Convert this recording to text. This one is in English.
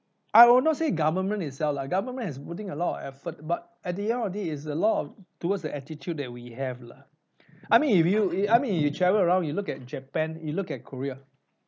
I will not say government itself lah government is putting a lot of effort but at the end of the day it is a lot of towards the attitude that we have lah I mean if you if I mean if you travel around you look at japan you look at korea